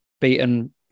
beaten